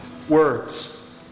Words